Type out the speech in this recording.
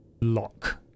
lock